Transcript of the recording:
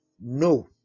No